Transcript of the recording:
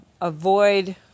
avoid